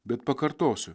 bet pakartosiu